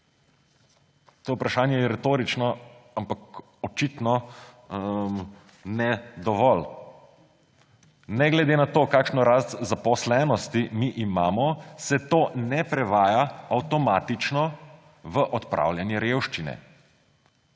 To vprašanje je retorično, ampak očitno ne dovolj. Ne glede na to, kakšno rast zaposlenosti mi imamo, se to ne prevaja avtomatično v odpravljanje revščine.